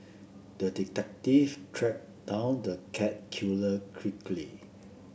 the detective tracked down the cat killer quickly